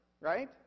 right